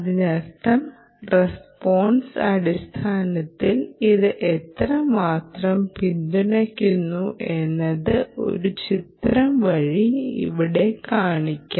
അതിന്റെ റസ്പോൺസിൻ്റെ അടിസ്ഥാനത്തിൽ ഇത് എത്രമാത്രം പിന്തുണയ്ക്കുന്നു എന്നത് ഒരു ചിത്രം വഴി ഇവിടെ കാണിക്കാം